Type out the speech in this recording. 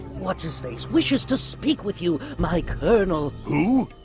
what's-his-face wishes to speak with you my colonel hmm.